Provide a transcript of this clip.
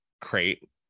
crate